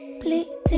bleeding